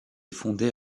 fondée